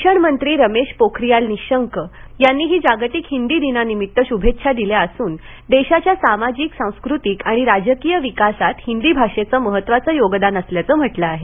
शिक्षण मंत्री रमेश पोखरियाल निशंक यांनीही जागतिक हिंदी दिनानिमित्त शुभेच्छा दिल्या असून देशाच्या सामाजिक सांस्कृतिक आणि राजकीय विकासात हिंदी भाषेचं महत्त्वाचं योगदान असल्याचं म्हटलं आहे